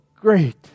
great